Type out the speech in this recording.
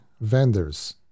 vendors